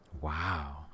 Wow